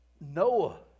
Noah